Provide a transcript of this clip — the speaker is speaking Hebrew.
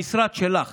המשרד שלך